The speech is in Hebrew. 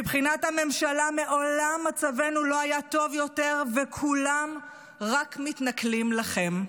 מבחינת הממשלה מעולם מצבנו לא היה טוב יותר וכולם רק מתנכלים לכם.